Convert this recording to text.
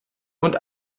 und